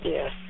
Yes